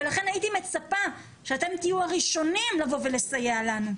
ולכן הייתי מצפה שאתם תהיו הראשונים לבוא ולסייע לנו.